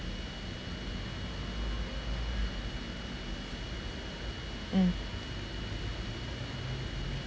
mm